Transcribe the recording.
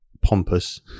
pompous